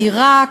לעיראק,